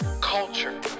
culture